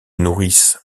nourrissent